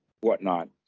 whatnot